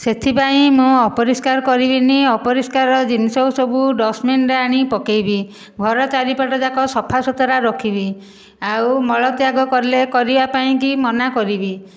ସେଥିପାଇଁ ମୁଁ ଅପରିଷ୍କାର କରିବିନି ଅପରିଷ୍କାର ଜିନିଷ ସବୁ ଡଷ୍ଟବିନରେ ଆଣି ପକେଇବି ଘର ଚାରିପଟଯାକ ସଫାସୁତୁରା ରଖିବି ଆଉ ମଳତ୍ୟାଗ କଲେ କରିବା ପାଇଁକି ମନାକରିବି